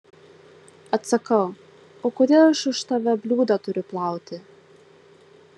atsakau o kodėl aš už tave bliūdą turiu plauti